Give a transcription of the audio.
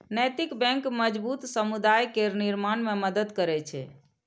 नैतिक बैंक मजबूत समुदाय केर निर्माण मे मदति करै छै